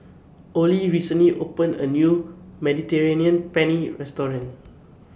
Olie recently opened A New Mediterranean Penne Restaurant